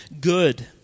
good